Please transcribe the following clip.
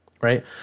Right